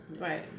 right